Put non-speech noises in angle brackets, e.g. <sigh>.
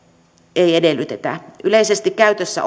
ei edellytetä yleisesti käytössä <unintelligible>